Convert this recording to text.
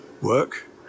Work